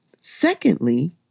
Secondly